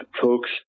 folks